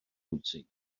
pwysig